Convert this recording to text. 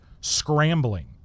scrambling